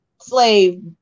slave